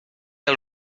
que